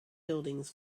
buildings